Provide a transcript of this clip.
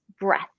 breath